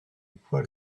poil